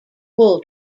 wool